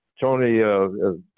Tony